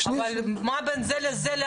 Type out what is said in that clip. --- אבל מה בין זה לאלימות,